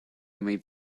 made